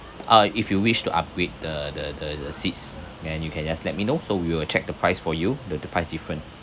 ah if you wish to upgrade the the the the seats then you can just let me know so we will check the price for you the the price different